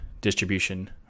distribution